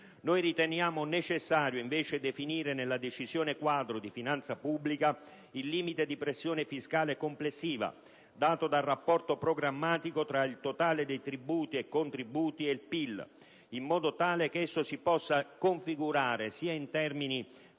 Noi riteniamo necessario invece definire nella Decisione quadro di finanza pubblica il limite di pressione fiscale complessiva, dato dal rapporto programmatico tra il totale dei tributi e contributi ed il PIL, in modo tale che esso si possa configurare sia in termini